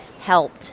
helped